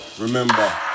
remember